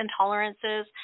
intolerances